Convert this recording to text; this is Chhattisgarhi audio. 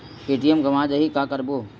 ए.टी.एम गवां जाहि का करबो?